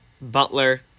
Butler